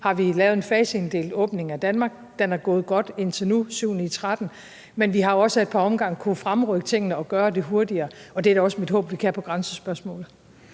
har vi lavet en faseinddelt åbning af Danmark, og den er gået godt indtil nu, 7-9-13, men vi har også ad et par omgange kunnet fremrykke tingene og gøre det hurtigere, og det er da også mit håb, at vi kan det på grænsespørgsmålet.